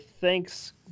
thanks